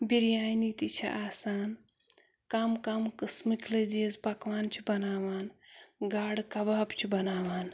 بِریانی تہِ چھِ آسان کَم کَم قٕسمٕکۍ لٔزیٖز پَکوان چھِ بَناوان گاڈٕ کَباب چھِ بَناوان